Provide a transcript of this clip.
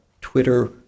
Twitter